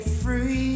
free